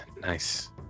nice